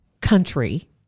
country